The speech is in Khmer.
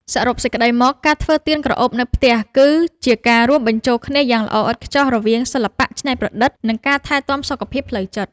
សរុបសេចក្ដីមក ការធ្វើទៀនក្រអូបនៅផ្ទះ គឺជាការរួមបញ្ចូលគ្នាយ៉ាងល្អឥតខ្ចោះរវាង សិល្បៈច្នៃប្រឌិត និងការថែទាំសុខភាពផ្លូវចិត្ត។